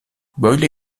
böyle